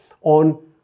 on